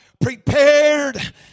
prepared